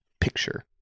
picture